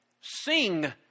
sing